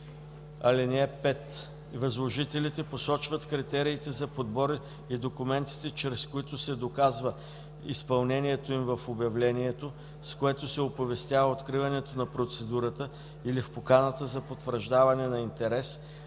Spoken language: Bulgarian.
(5) Възложителите посочват критериите за подбор и документите, чрез които се доказва изпълнението им в обявлението, с което се оповестява откриването на процедурата или в поканата за потвърждаване на интерес,